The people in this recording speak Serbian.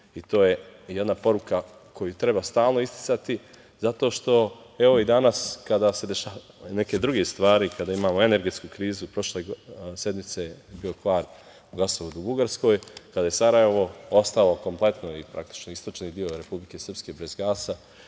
je jedna poruka koju treba stalno isticati, zato što, evo, i danas kada se dešavaju neke druge stvari, kada imamo energetsku krizu, prošle sedmice je bio kvar gasovoda u Bugarskoj, kada je kompletno Sarajevo i praktično istočni deo Republike Srpske ostao bez gasa,